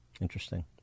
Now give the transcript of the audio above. Interesting